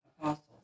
Apostles